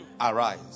arise